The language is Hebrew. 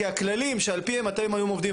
כי הכללים שעל פיהם אתם עובדים,